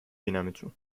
بینمتون